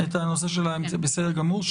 בסדר גמור.